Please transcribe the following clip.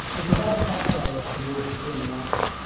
we provide a text area for the user to fill in their answer.